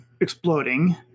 exploding